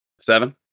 Seven